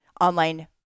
online